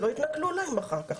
שלא יתנכלו להם אחר כך,